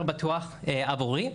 יותר בטוח עבורי.